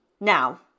now